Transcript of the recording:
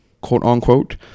quote-unquote